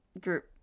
group